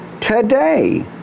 today